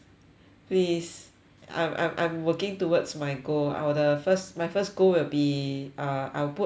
please I'm I'm I'm working towards my goal I'll the first my first goal will be ah I'll put a target